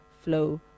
flow